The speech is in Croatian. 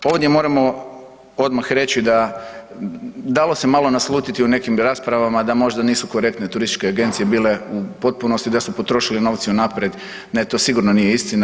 Ovdje moramo odmah reći da dalo se malo naslutiti u nekim raspravama da možda nisu korektne turističke agencije bile u potpunosti, da su potrošeni novci unaprijed ne to sigurno nije istina.